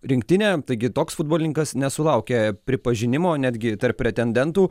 rinktinę taigi toks futbolininkas nesulaukė pripažinimo netgi tarp pretendentų